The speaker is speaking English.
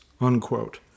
unquote